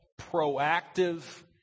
proactive